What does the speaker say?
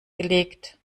gelegt